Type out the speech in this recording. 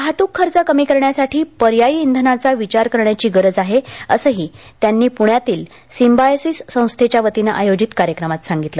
वाहतूक खर्च कमी करण्यासाठी पर्यायी इंधनाचा विचार करण्याची गरज आहे असंही त्यांनी पुण्यातील सिंबायोसिस संस्थेच्या वतीनं आयोजित कार्यक्रमांत सांगितलं